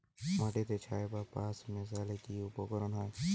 মাটিতে ছাই বা পাঁশ মিশালে কি উপকার হয়?